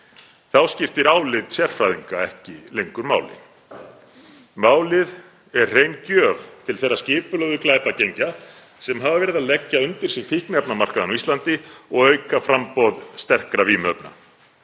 Þá skiptir álit sérfræðinga ekki lengur máli. Málið er hrein gjöf til þeirrar skipulögðu glæpagengja sem hafa verið að leggja undir sig fíkniefnamarkaðinn á Íslandi og auka framboð sterkra vímuefna.